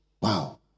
Wow